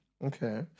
Okay